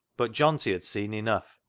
but johnty had seen enough,